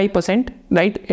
right